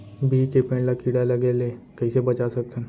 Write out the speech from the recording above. बिही के पेड़ ला कीड़ा लगे ले कइसे बचा सकथन?